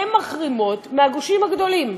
הן מחרימות מהגושים הגדולים.